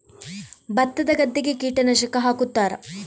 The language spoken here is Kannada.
ಭತ್ತದ ಗದ್ದೆಗೆ ಕೀಟನಾಶಕ ಹಾಕುತ್ತಾರಾ?